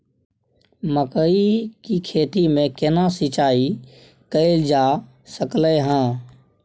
मकई की खेती में केना सिंचाई कैल जा सकलय हन?